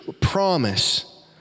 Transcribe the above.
promise